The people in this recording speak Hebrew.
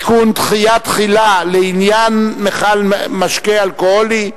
(תיקון, דחיית תחילה לעניין מכל משקה אלכוהולי),